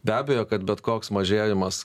be abejo kad bet koks mažėjimas